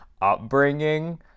upbringing